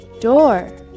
door